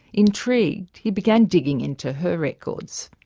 intrigued he began digging into her records.